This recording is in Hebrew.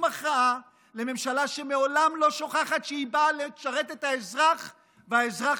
הכרעה ממשלה שמעולם לא שוכחת שהיא באה לשרת את האזרח והאזרח